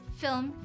film